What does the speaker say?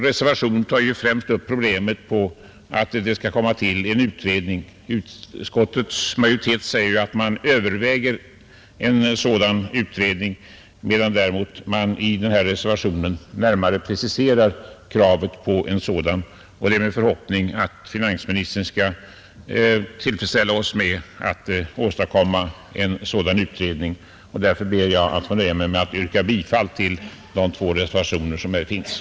Reservationen tar främst upp problemet att få till stånd en utredning; utskottets majoritet säger att man överväger en sådan utredning, medan reservanterna närmare preciserar kraven på en sådan. Det är min förhoppning att finansministern skall tillfredsställa oss med att åstadkomma en sådan utredning. Därför nöjer jag mig med att yrka bifall till de två reservationer som här föreligger.